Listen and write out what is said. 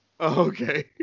Okay